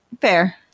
Fair